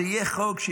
זה יהיה חוק,